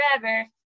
forever